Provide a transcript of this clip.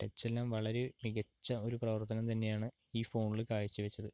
ടച്ചെല്ലാം വളരെ മികച്ച ഒരു പ്രവർത്തനം തന്നെയാണ് ഈ ഫോണിൽ കാഴ്ച വച്ചത്